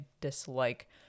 dislike